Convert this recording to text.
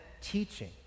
teaching